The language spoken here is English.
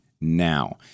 now